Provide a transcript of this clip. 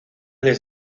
les